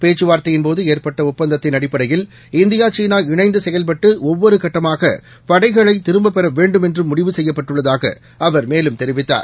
பேச்சுவார்தையின்போதுஏற்பட்டஒப்பந்தத்தின் அடிப்படையில் இந்தியா சீனா இணைந்துசெயல்பட்டுஒவ்வொருகட்டமாகபடைகளைதிரும்பபெறவேண்டும் என்றும் முடவு செய்யப்பட்டுள்ளதாகஅவர் மேலும் தெரிவித்தார்